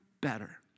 better